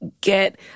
get